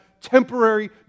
temporary